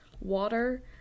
water